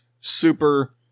super